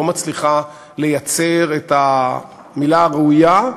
לא מצליחה לייצר את המילה הראויה,